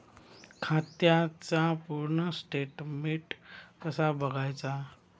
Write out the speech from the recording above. खात्याचा पूर्ण स्टेटमेट कसा बगायचा?